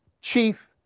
chief